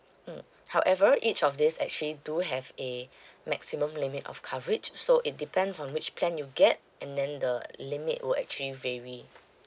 mm however each of these actually do have a maximum limit of coverage so it depends on which plan you get and then the limit will actually vary